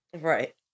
Right